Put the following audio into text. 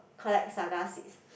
collect saga seeds